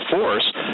force